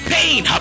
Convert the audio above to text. Pain